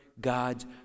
God's